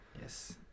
Yes